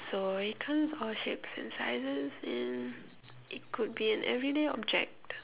so it comes all shapes and sizes and it could be an everyday object